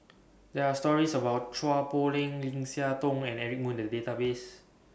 There Are stories about Chua Poh Leng Lim Siah Tong and Eric Moo in The Database